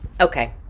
okay